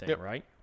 right